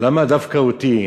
למה דווקא אותי?